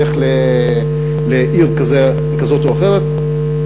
לך לעיר כזאת או אחרת,